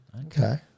Okay